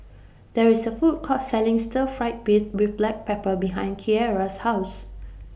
There IS A Food Court Selling Stir Fried Beef with Black Pepper behind Keara's House